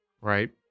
Right